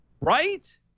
Right